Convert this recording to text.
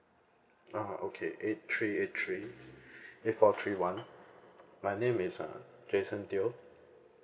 oh okay eight three eight three eight four three one my name is uh jason teo